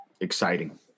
exciting